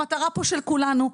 המטרה פה של כולנו,